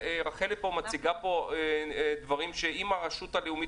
רחלי מציגה פה דברים שאם הרשות הלאומית